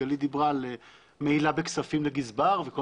גלית דיברה על מעילה בכספים לגזבר וכל